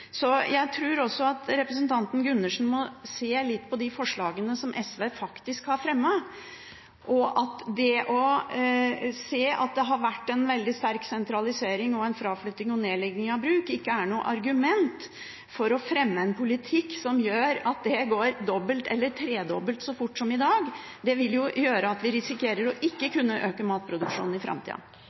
Så jeg tror representanten Gundersen må se litt på de forslagene som SV faktisk har fremmet, og se at det at det har vært en veldig sterk sentralisering og en fraflytting og nedlegging av bruk ikke er noe argument for å fremme en politikk som gjør at det går dobbelt eller tredobbelt så fort som i dag. Det vil gjøre at vi risikerer ikke å kunne øke matproduksjonen i framtida.